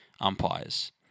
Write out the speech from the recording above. umpires